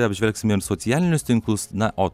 apžvelgsim ir socialinius tinklus na o